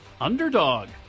underdog